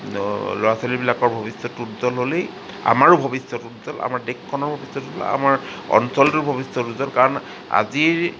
ল'ৰা ছোৱালীবিলাকৰ ভৱিষ্যতটো উজ্জ্বল হ'লেই আমাৰো ভৱিষ্যত উজ্জ্বল আমাৰ দেশখনৰ ভৱিষ্যত উজ্জ্বল আমাৰ অঞ্চলটোৰ ভৱিষ্যত উজ্জ্বল কাৰণ আজিৰ